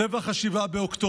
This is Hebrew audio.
טבח 7 באוקטובר,